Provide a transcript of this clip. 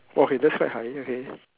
okay that's quite high okay